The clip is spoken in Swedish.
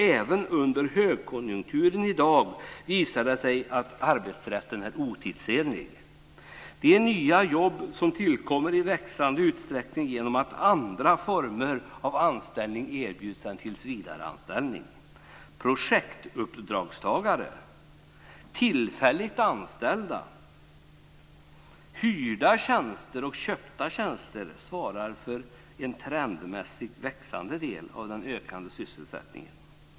Även under högkonjunkturen i dag visar det sig att arbetsrätten är otidsenlig. De nya jobben tillkommer i växande utsträckning genom att andra former av anställningar än tillsvidareanställning erbjuds. Projektuppdragstagare, tillfälligt anställda, hyrda tjänster och köpta tjänster svarar för en trendmässigt växande del av den ökade sysselsättningen.